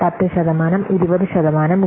10 ശതമാനം 20 ശതമാനം 30 ശതമാനം